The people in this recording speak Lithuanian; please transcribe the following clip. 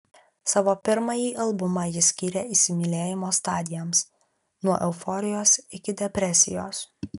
savo pirmąjį albumą ji skyrė įsimylėjimo stadijoms nuo euforijos iki depresijos